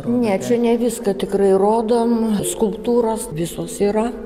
ne čia ne viską tikrai rodom skulptūros visos yra